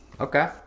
Okay